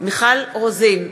מיכל רוזין,